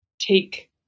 take